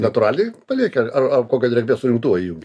natūraliai palieki ar ar kokią drėgmės surinktuvą įjungi